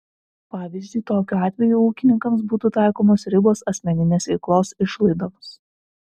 pavyzdžiui tokiu atveju ūkininkams būtų taikomos ribos asmeninės veiklos išlaidoms